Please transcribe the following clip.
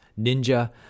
Ninja